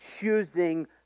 Choosing